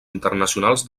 internacionals